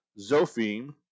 Zophim